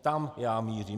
Tam já mířím.